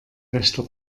rechter